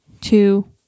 two